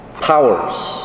powers